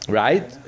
right